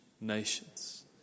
nations